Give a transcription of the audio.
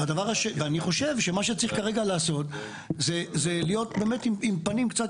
אני חושב שמה שצריך כרגע לעשות זה להיות באמת עם קצת